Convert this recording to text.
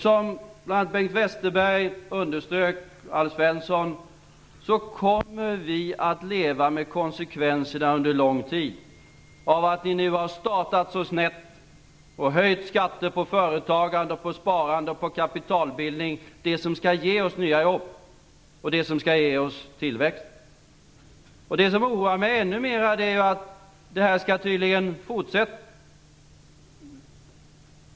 Som bl.a. Bengt Westerberg och Alf Svensson underströk kommer vi under lång tid att få leva med konsekvenserna av att ni nu har startat så snett och höjt skatter på företagande, på sparande och på kapitalbildning - på det som skall ge oss nya jobb och tillväxt. Det som oroar mig ännu mer är att detta tydligen skall fortsätta.